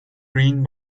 rain